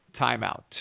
timeout